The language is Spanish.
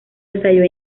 estalló